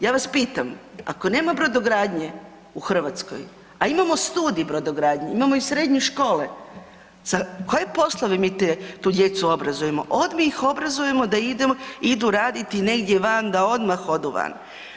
Ja vas pitam, ako nema brodogradnje u Hrvatskoj, a imamo studij brodogradnje, imamo i srednje škole, za koje poslove mi tu djecu obrazujemo? ... obrazujemo da idu raditi negdje van, da odmah odu van.